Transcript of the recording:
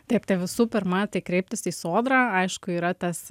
taip tai visų pirma tai kreiptis į sodrą aišku yra tas